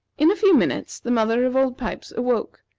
in a few minutes the mother of old pipes awoke,